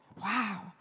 Wow